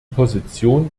position